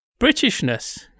Britishness